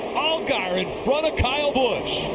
allgaier in front of kyle busch.